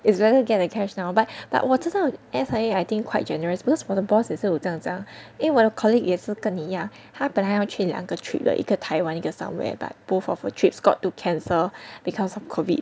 is better to get the cash now but 我知道 S_I_A I think quite generous because 我的 boss 也是有这样讲因为我的 colleague 也是跟你一样她本来要去两个 trip 的一个台湾一个 somewhere but both of her trips got to cancel because of COVID